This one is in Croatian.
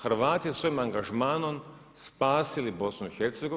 Hrvati sa svojim angažmanom spasili BiH.